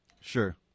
Sure